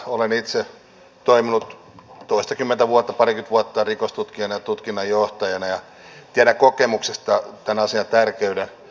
olen itse toiminut toistakymmentä vuotta parikymmentä vuotta rikostutkijana ja tutkinnanjohtajana ja tiedän kokemuksesta tämän asian tärkeyden